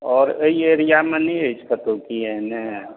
आओर अइ एरियामे नहि अछि कतहुँ की एहने